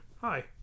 Hi